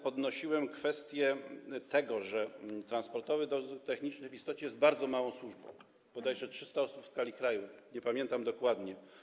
Podnosiłem tam kwestię tego, że Transportowy Dozór Techniczny w istocie jest bardzo małą służbą: to bodajże 300 osób w skali kraju, nie pamiętam dokładnie.